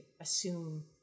assume